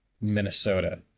Minnesota